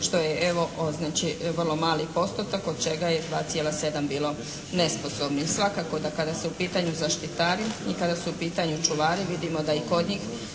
što je evo vrlo mali postotak od čega je 2,7 bilo nesposobnih. Svakako da kada su u pitanju zaštitari i kada su u pitanju čuvari vidimo da i kod njih